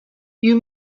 you